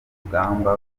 urugamba